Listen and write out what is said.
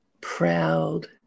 proud